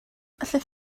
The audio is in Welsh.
allech